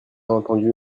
entendu